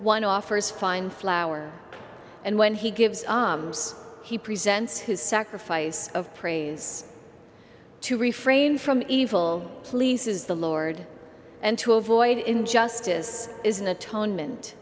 one offers fine flower and when he gives alms he presents his sacrifice of praise to refrain from evil pleases the lord and to avoid injustice is an atonement